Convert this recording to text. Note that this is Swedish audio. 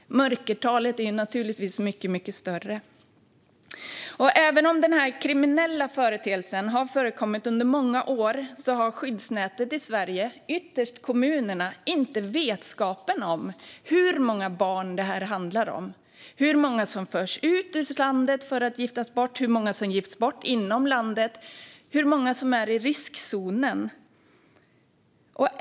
Mörkertalet är naturligtvis mycket stort. Även om denna kriminella företeelse har förekommit under många år har skyddsnätet i Sverige, ytterst kommunerna, inte vetskap om hur många barn det handlar om. Man vet inte hur många som förs ut ur landet för att giftas bort, hur många som gifts bort inom landet eller hur många som är i riskzonen.